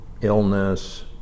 illness